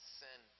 sin